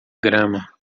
grama